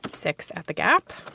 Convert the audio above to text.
um six at the gap,